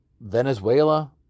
Venezuela